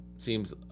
seems